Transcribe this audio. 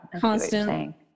constant